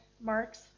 marks